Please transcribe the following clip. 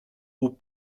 aux